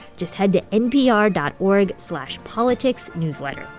just head to npr dot org slash politicsnewsletter.